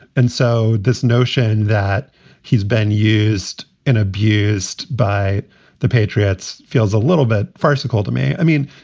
and so this notion that he's been used and abused by the patriots feels a little bit farcical to me. i mean,